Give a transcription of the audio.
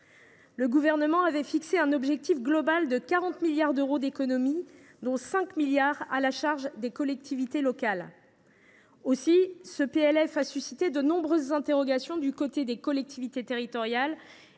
Le Gouvernement avait fixé un objectif global de 40 milliards d’euros d’économies, dont 5 milliards d’euros à la charge des collectivités locales. Aussi, ce PLF a suscité de nombreuses interrogations du côté des collectivités territoriales.